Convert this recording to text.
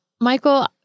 Michael